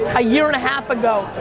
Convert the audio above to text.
a year and a half ago.